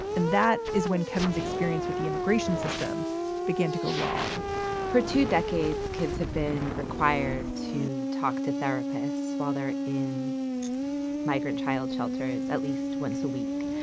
and that is when kevin's experience with the immigration system began to go wrong for two decades, kids have been required to talk to therapists while they're in migrant child shelters at least once a week.